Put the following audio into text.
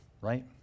Right